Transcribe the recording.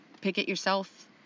pick-it-yourself